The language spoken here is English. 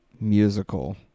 musical